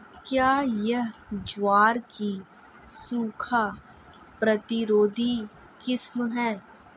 क्या यह ज्वार की सूखा प्रतिरोधी किस्म है?